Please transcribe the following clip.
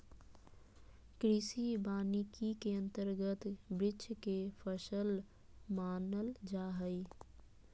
कृषि वानिकी के अंतर्गत वृक्ष के फसल मानल जा हइ